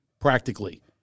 practically